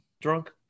drunk